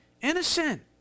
Innocent